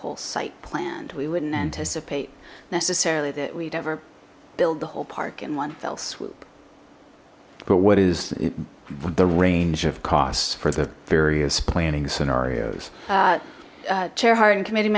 whole site planned we wouldn't anticipate necessarily that we'd ever build the whole park in one fell swoop but what is the range of costs for the various planning scenarios chair hart and committe